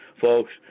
folks